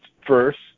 first